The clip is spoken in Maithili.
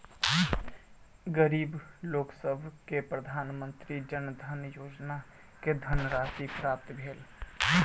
गरीब लोकसभ के प्रधानमंत्री जन धन योजना के धनराशि प्राप्त भेल